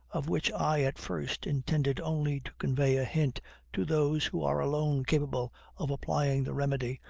of which i at first intended only to convey a hint to those who are alone capable of applying the remedy,